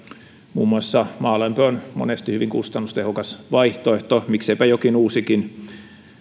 muun muassa maalämpö on monesti hyvin kustannustehokas vaihtoehto mikseipä jokin uusikin